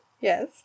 Yes